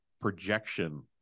projection